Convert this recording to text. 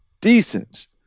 decent